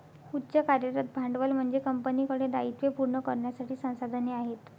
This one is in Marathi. उच्च कार्यरत भांडवल म्हणजे कंपनीकडे दायित्वे पूर्ण करण्यासाठी संसाधने आहेत